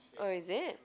oh is it